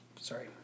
sorry